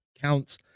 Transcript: counts